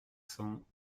cent